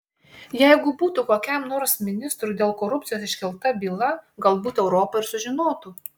jeigu būtų kokiam nors ministrui dėl korupcijos iškelta byla galbūt europa ir sužinotų